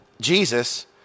Jesus